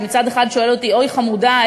שמצד אחד שואל אותי: אוי חמודה,